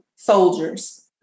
soldiers